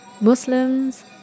Muslims